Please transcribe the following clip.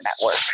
network